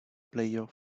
player